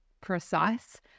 precise